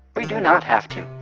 we do not have to.